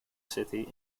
city